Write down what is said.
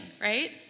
right